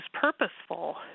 purposeful